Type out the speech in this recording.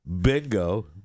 Bingo